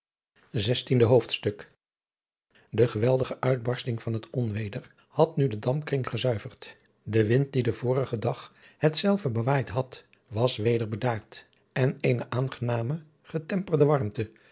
zestiende hoofdstuk de geweldige uitbarsting van het onweder had nu den dampkring gezuiverd de wind die den vorigen dag hetzelve bewaaid had was weder bedaard en eene aangename getemperde warmte